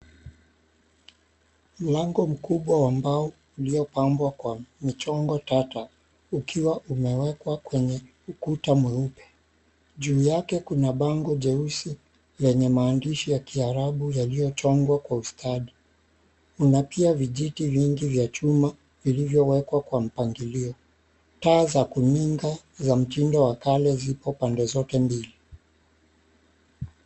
Mlango mkubwa wa mbao uliopambwa kwa michongo tata ukiwa umewekwa kwenye ukuta mweupe. Juu yake kuna bango jeusi lenye maandishi ya kiarabu yaliyochongwa kwa ustadi. Kuna pia vijiti vingi vya chuma vilivyowekwa kwa mpangilio. Taa za kuninga za mtindo wa kikale ziko pande zote mbili.